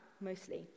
mostly